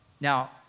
Now